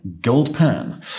Goldpan